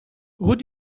would